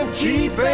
cheap